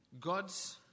God's